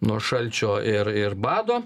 nuo šalčio ir ir bado